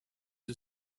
you